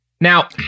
now